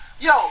Yo